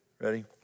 ready